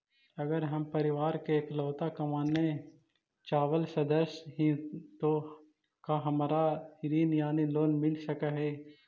अगर हम परिवार के इकलौता कमाने चावल सदस्य ही तो का हमरा ऋण यानी लोन मिल सक हई?